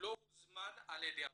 לא הוזמן על ידי הוועדה.